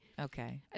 Okay